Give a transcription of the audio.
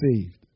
saved